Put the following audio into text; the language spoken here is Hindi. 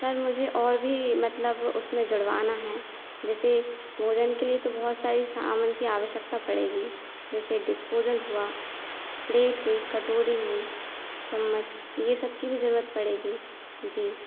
सर मुझे और भी मतलब उसमें जुड़वाना है जैसे भोजन के लिए तो बहुत सारी सामन की आवश्यकता पड़ेगी जैसे डिस्पोजल हुआ प्लेट हुई कटोरी हुई चम्मच ये सब की भी ज़रूरत पड़ेगी जी